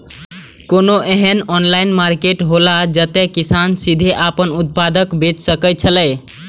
कोनो एहन online market हौला जते किसान सीधे आपन उत्पाद बेच सकेत छला?